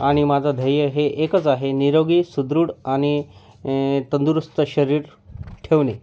आणि माझं ध्येय हे एकच आहे निरोगी सुदृढ आणि तंदुरुस्त शरीर ठेवणे